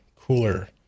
cooler